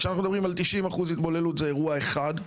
כשאנחנו מדברים על 90% התבוללות זה אירוע אחד,